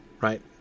right